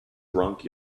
drunk